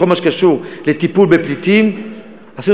בכל מה שקשור לטיפול בפליטים עשינו